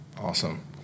Awesome